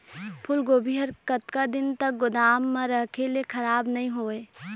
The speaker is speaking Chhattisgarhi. फूलगोभी हर कतका दिन तक गोदाम म रखे ले खराब नई होय?